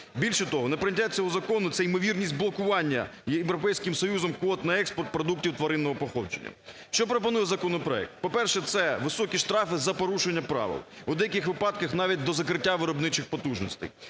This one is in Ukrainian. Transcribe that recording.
Більше того, неприйняття цього закону, це імовірність блокування Європейським Союзом квот на експорт продуктів тваринного походження. Що пропонує законопроект? По-перше, це високі штрафи за порушення правил. В деяких випадках навіть до закриття виробничих потужностей.